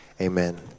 amen